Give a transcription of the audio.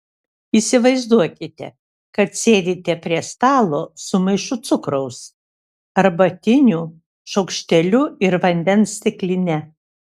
įsivaizduokite kad sėdite prie stalo su maišu cukraus arbatiniu šaukšteliu ir vandens stikline